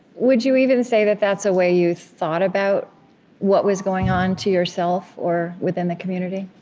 would you even say that that's a way you thought about what was going on, to yourself or within the community?